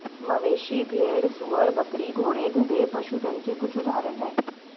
मवेशी, भेड़, सूअर, बकरी, घोड़े, गधे, पशुधन के कुछ उदाहरण हैं